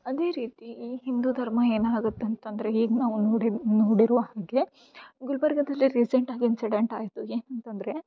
ಅದೇ ರೀತಿ ಈ ಹಿಂದೂ ಧರ್ಮ ಏನಾಗುತ್ತೆ ಅಂತ ಅಂದರೆ ಈಗ ನಾವು ನೋಡಿ ನೋಡಿರುವ ಹಾಗೆ ಗುಲ್ಬರ್ಗದಲ್ಲಿ ರೀಸೆಂಟಾಗಿ ಇನ್ಸಿಡೆಂಟ್ ಆಯಿತು ಏನಂತಂದರೆ